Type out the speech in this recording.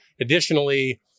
Additionally